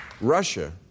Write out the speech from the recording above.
Russia